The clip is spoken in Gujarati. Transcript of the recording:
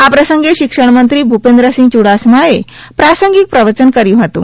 આ પ્રસંગે શિક્ષણમંત્રી ભૂપેન્દ્રસિંહ યૂડાસમાએ પ્રાસંગિક પ્રવચન કર્યુ હતુ